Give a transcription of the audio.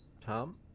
Tom